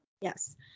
yes